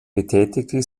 betätigte